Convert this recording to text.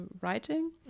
writing